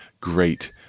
great